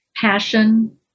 Passion